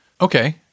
Okay